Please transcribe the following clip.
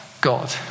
God